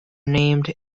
named